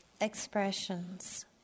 expressions